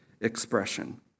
expression